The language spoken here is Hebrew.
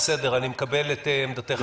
אני מקבל את עמדתך.